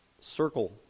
circle